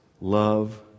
love